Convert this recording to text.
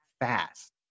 fast